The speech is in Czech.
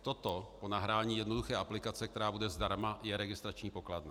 Toto po nahrání jednoduché aplikace, která bude zdarma, je registrační pokladna.